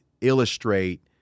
illustrate